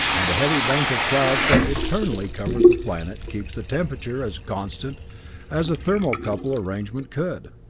and a heavy bank of clouds that eternally cover the planet keeps the temperature as constant as a thermocouple arrangement could.